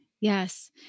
Yes